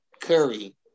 Curry